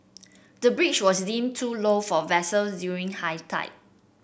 the bridge was deemed too low for vessel during high tide